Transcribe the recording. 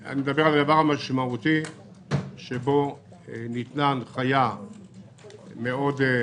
שניתנה הנחיה ברורה מאוד.